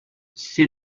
see